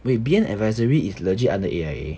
wait B N advisory is legit under A_I_A